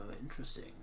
interesting